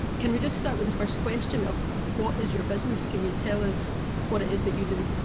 can you just start with the first question of what is your business? can you tell us what it is that you do?